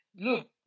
look